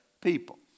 people